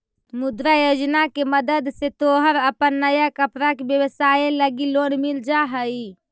मुद्रा योजना के मदद से तोहर अपन नया कपड़ा के व्यवसाए लगी लोन मिल जा हई